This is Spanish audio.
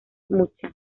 mucha